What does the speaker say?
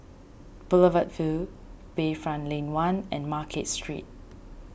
Boulevard Vue Bayfront Lane one and Market Street